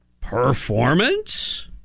performance